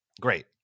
Great